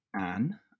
Anne